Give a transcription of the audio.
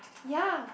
ya